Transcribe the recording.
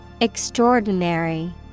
Extraordinary